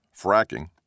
fracking